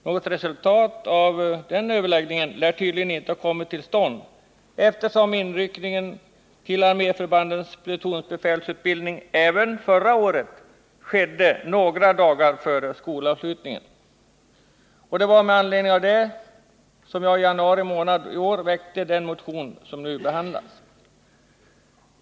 Något resultat av den överläggningen har tydligen inte kommit till stånd, eftersom inryckning till arméförbandens plutonsbefälsutbildning även förra året skedde några dagar före skolavslutningen. Det var med anledning av det som jag i januari månad i år väckte den motion som nu behandlas.